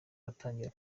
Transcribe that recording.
atangira